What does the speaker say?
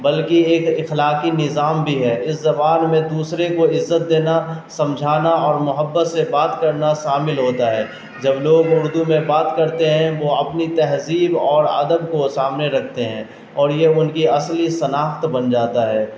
بلکہ ایک اخلاقی نظام بھی ہے اس زبان میں دوسرے کو عزت دینا سمجھانا اور محبت سے بات کرنا شامل ہوتا ہے جب لوگ اردو میں بات کرتے ہیں وہ اپنی تہذیب اور ادب کو سامنے رکھتے ہیں اور یہ ان کی اصلی شناخت بن جاتا ہے